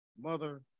Mother